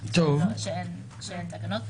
שאין תקנות.